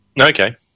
Okay